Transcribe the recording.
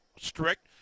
strict